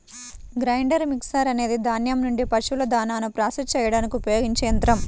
grinder mixer అనేది ధాన్యం నుండి పశువుల దాణాను ప్రాసెస్ చేయడానికి ఉపయోగించే యంత్రం